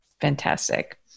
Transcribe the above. Fantastic